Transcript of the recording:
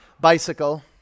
Bicycle